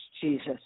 Jesus